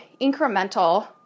incremental